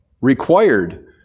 required